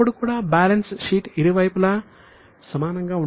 అప్పుడు కూడా balance sheet ఇరువైపుల ఉంటుందా